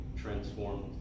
transformed